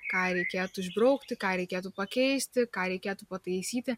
ką reikėtų išbraukti ką reikėtų pakeisti ką reikėtų pataisyti